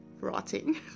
rotting